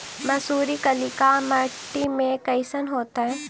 मसुरी कलिका मट्टी में कईसन होतै?